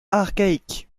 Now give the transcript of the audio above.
archaïque